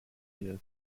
does